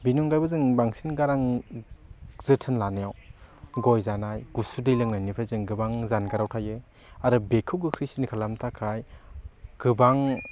बेनि अनगायैबो जों बांसिन गारां जोथोन लानायाव गय जानाय गुसु दै लोंनायनिफ्राय जों गोबां जानगाराव थायो आरो बेखौ गोख्रैसिन खालामनो थाखाय गोबां